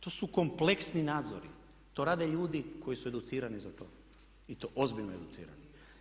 To su kompleksni nadzori, to rade ljudi koji su educirani za to i to ozbiljno educirani.